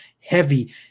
heavy